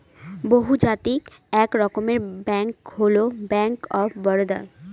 বহুজাতিক এক রকমের ব্যাঙ্ক হল ব্যাঙ্ক অফ বারদা